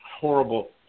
horrible